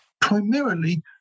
primarily